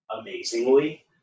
amazingly